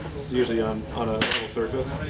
usually on on a level surface.